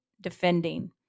defending